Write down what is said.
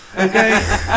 Okay